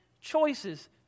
choices